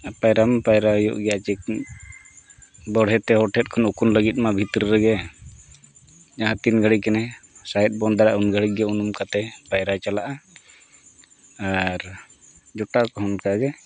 ᱟᱨ ᱯᱟᱭᱨᱟ ᱢᱟ ᱯᱟᱭᱨᱟ ᱦᱩᱭᱩᱜ ᱜᱮᱭᱟ ᱦᱚᱲ ᱴᱷᱮᱱ ᱠᱷᱚᱱ ᱩᱠᱩᱱ ᱞᱟᱹᱜᱤᱫ ᱢᱟ ᱵᱷᱤᱛᱨᱤ ᱨᱮᱜᱮ ᱡᱟᱦᱟᱸ ᱛᱤᱱ ᱜᱷᱟᱹᱲᱤᱡᱽ ᱜᱟᱱᱮ ᱥᱟᱸᱦᱮᱫ ᱵᱚᱱᱫᱚ ᱫᱟᱲᱮᱭᱟᱜᱼᱟ ᱩᱱ ᱜᱷᱟᱹᱲᱤᱡᱼᱜᱮ ᱩᱱᱩᱢ ᱠᱟᱛᱮᱫ ᱯᱟᱭᱨᱟᱭ ᱪᱟᱞᱟᱜᱼᱟ ᱟᱨ ᱡᱚᱴᱟᱣ ᱠᱚᱦᱚᱸ ᱚᱱᱠᱟᱜᱮ